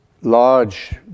large